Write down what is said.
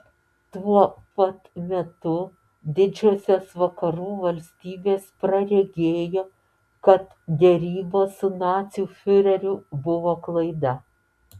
tuo pat metu didžiosios vakarų valstybės praregėjo kad derybos su nacių fiureriu buvo klaida